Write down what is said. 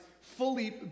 fully